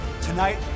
Tonight